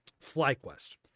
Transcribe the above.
Flyquest